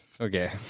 Okay